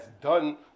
done